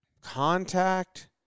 contact